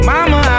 Mama